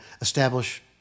establish